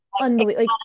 unbelievable